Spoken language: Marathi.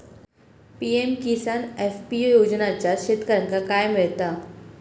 पी.एम किसान एफ.पी.ओ योजनाच्यात शेतकऱ्यांका काय मिळता?